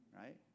right